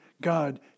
God